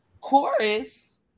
chorus